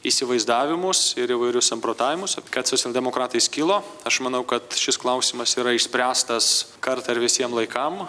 įsivaizdavimus ir įvairius samprotavimus kad socialdemokratai skilo aš manau kad šis klausimas yra išspręstas kartą ir visiem laikam